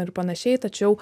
ir panašiai tačiau